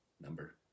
number